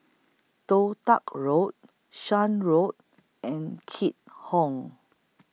Toh Tuck Road Shan Road and Keat Hong